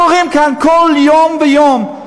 הדברים קורים כאן כל יום ויום, בהר-הזיתים,